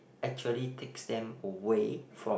actually takes them away from